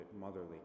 motherly